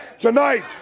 tonight